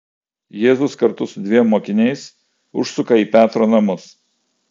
jėzus kartu su dviem mokiniais užsuka į petro namus